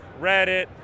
Reddit